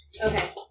Okay